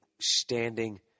standing